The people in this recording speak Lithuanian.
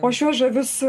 o šiuos žavius